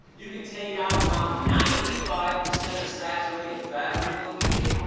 you can take out around ninety five percent of saturated fat, when you go vegan.